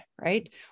right